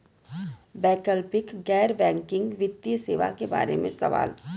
वैकल्पिक गैर बैकिंग वित्तीय सेवा के बार में सवाल?